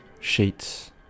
sheets